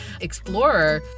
explorer